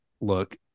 look